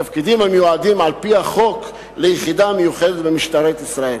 תפקידים המיועדים על-פי החוק ליחידה מיוחדת במשטרת ישראל.